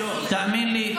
תאמין לי,